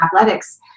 athletics